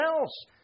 else